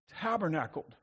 tabernacled